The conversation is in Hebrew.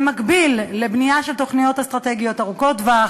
במקביל לבנייה של תוכניות אסטרטגיות ארוכות טווח